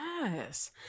Yes